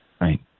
right